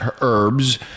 herbs